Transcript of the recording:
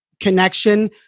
connection